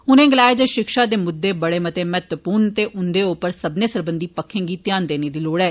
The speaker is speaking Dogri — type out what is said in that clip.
उनें गलाया जे शिक्षा दे मुद्दें बड़े मते महत्वपूर्ण न ते उन्दे उप्पर सब्बने सरबंधी पक्खें गी ध्यान देने दी लोढ़ ऐ